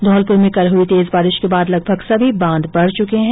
धौलपुर में कल हुई तेज बारिश के बाद लगभग सभी बांध भर चुके हैं